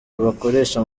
bakoresha